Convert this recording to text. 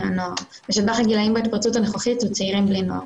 הנוער ושטווח הגילאים בהתפרצות הנוכחית הוא צעירים בני נוער.